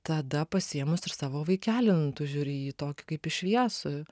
tada pasiėmus ir savo vaikelį nu tu žiūri į jį tokį kaip į šviesų